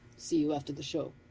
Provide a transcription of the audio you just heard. see you after the show.